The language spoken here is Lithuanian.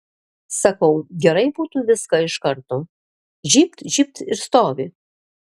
sakau gerai būtų viską iš karto žybt žybt ir stovi